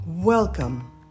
Welcome